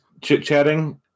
chit-chatting